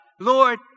Lord